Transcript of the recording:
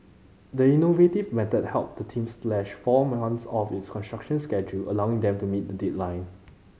the innovative method helped the team slash four months off its construction schedule allowing them to meet the deadline